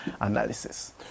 analysis